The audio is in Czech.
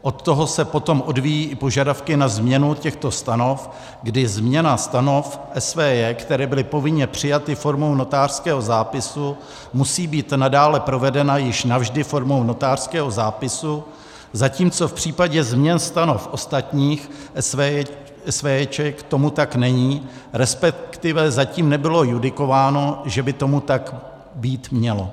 Od toho se potom odvíjí i požadavky na změnu těchto stanov, kdy změna stanov SVJ, které byly povinně přijaty formou notářského zápisu, musí být nadále provedena již navždy formou notářského zápisu, zatímco v případě změn stanov ostatních SVJ tomu tak není, respektive zatím nebylo judikováno, že by tomu tak být mělo.